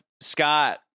Scott